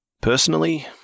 Personally